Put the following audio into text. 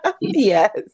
Yes